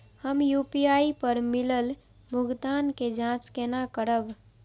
हम यू.पी.आई पर मिलल भुगतान के जाँच केना करब?